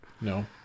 No